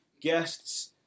guests